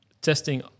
testing